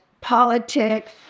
politics